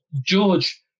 George